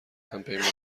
همپیمانی